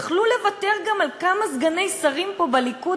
יכלו גם לוותר על כמה סגני שרים פה בליכוד,